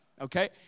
Okay